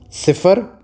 صفر